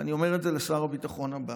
ואני אומר את זה לשר הביטחון הבא,